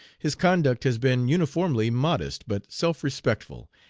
his conduct has been uniformly modest but self-respectful,